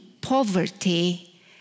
poverty